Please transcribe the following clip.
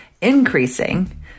increasing